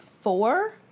four